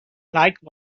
like